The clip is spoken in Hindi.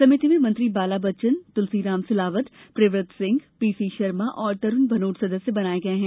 समिति में मंत्री बाला बच्चन तुलसीराम सिलावट प्रियव्रत सिंह पीसी शर्मा और तरूण भनोत सदस्य बनाये गये हैं